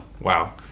Wow